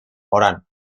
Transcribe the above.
orán